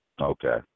okay